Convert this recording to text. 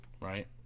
Right